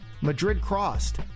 Madrid-Crossed